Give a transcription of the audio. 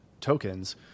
tokens